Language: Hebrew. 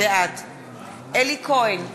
בעד אלי כהן,